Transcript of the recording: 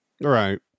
right